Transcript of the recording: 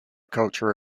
culture